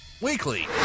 Weekly